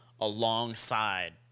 alongside